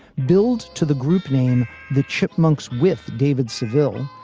billed to the group name the chipmunks with david seville.